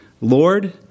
Lord